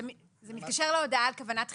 זה מתקשר להודעה על כוונת חיוב,